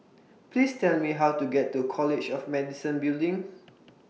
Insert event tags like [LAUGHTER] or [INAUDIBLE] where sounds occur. Please Tell Me How to get to College of Medicine Building [NOISE]